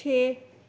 ਛੇ